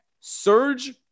Surge